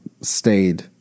stayed